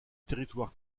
territoire